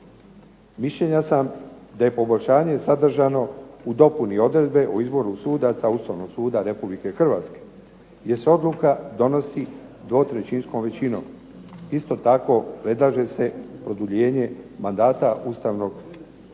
Mišljenja sam da je poboljšanje sadržano u dopuni odredbe o izboru sudaca Ustavnog suda Republike Hrvatske gdje se odluka donosi 2/3 većinom. Isto tako, predlaže se produljenje mandata Ustavnog suca